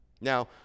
Now